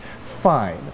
fine